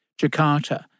Jakarta